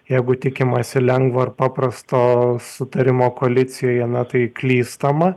jeigu tikimasi lengvo ar paprasto sutarimo kolicijoje na tai klystama